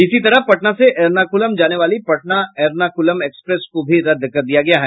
इसी तरह पटना से एर्णाकुलम जाने वाली पटना एर्णाकुलम एक्सप्रेस को भी रद्द कर दिया गया है